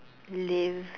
live